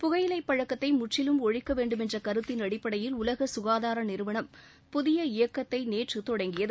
புகையிலைப் பழக்கத்தை முற்றிலும் ஒழிக்க வேண்டுமென்ற கருத்தின் அடிப்படையில் உலக சுகாதார நிறுவனம் புதிய இயக்கத்தை நேற்று தொடங்கியது